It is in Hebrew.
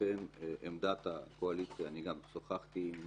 לכן עמדת הקואליציה אני גם שוחחתי עם